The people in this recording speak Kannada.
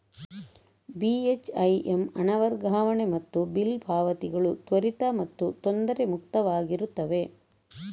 ಬಿ.ಹೆಚ್.ಐ.ಎಮ್ ಹಣ ವರ್ಗಾವಣೆ ಮತ್ತು ಬಿಲ್ ಪಾವತಿಗಳು ತ್ವರಿತ ಮತ್ತು ತೊಂದರೆ ಮುಕ್ತವಾಗಿರುತ್ತವೆ